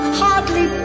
hardly